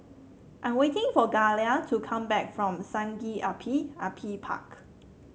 I'm waiting for Gayla to come back from Sungei Api Api Park